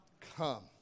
Come